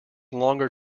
longer